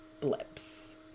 blips